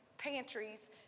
pantries